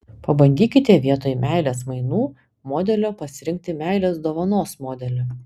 pabandykite vietoj meilės mainų modelio pasirinkti meilės dovanos modelį